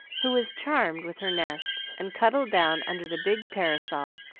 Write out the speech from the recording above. who was charmed with her nest, and cuddled down under the big parasol,